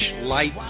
light